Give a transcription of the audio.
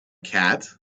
cat